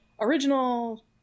original